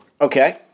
Okay